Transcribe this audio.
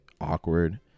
awkward